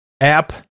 app